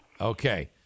Okay